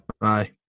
Aye